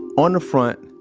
on the front,